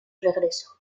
regreso